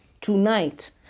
tonight